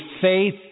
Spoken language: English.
faith